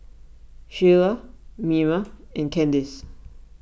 Shiela Mima and Kandice